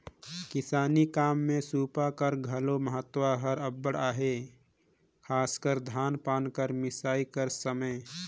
किसानी काम मे सूपा कर घलो महत हर अब्बड़ अहे, खासकर धान पान कर मिसई कर समे